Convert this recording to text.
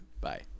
Bye